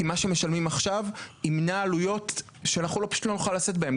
כי מה שמשלמים עכשיו ימנע עלויות שאנחנו פשוט לא נוכל לשאת בהן,